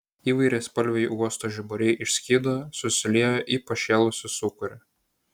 įvairiaspalviai uosto žiburiai išskydo susiliejo į pašėlusį sūkurį